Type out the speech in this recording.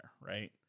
right